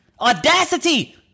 Audacity